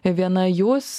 viena jūs